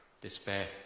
despair